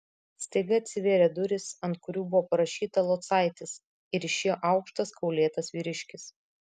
staiga atsivėrė durys ant kurių buvo parašyta locaitis ir išėjo aukštas kaulėtas vyriškis